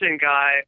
guy